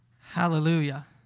Hallelujah